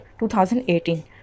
2018